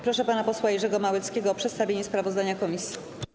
Proszę pana posła Jerzego Małeckiego o przedstawienie sprawozdania komisji.